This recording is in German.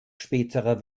späterer